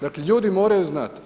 Dakle, ljudi moraju znati.